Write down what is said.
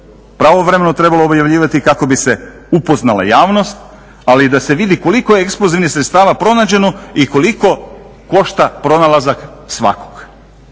pravovremeno trebalo objavljivati kako bi se upoznala javnost, ali i da se vidi koliko je eksplozivnih sredstava pronađeno i koliko košta pronalazak svakog.